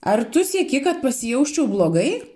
ar tu sieki kad pasijausčiau blogai